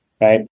right